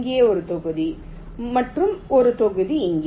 இங்கே ஒரு தொகுதி மற்றும் ஒரு தொகுதி இங்கே